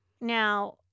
Now